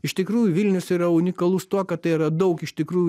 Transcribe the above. iš tikrųjų vilnius yra unikalus tuo kad tai yra daug iš tikrųjų